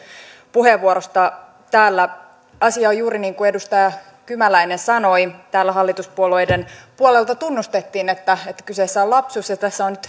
puheenvuorosta täällä asia on juuri niin kuin edustaja kymäläinen sanoi täällä hallituspuolueiden puolelta tunnustettiin että kyseessä on lapsus ja tässä on nyt